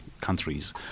countries